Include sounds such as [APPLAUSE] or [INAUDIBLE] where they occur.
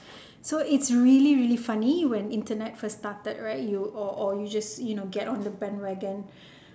so it's really really funny when internet first started right you all or just you know get on the bandwagon [BREATH]